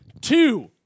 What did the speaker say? two